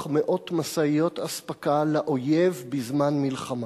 מאות משאיות אספקה לאויב בזמן מלחמה.